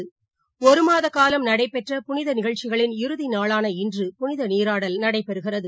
கும்பாவில் ஒருமாதகாலம் நடைபெற்ற புனிதநிகழ்ச்சிகளின் இறுதிநாளான இன்று புனிதநீராடல் நடைபெறுகிறது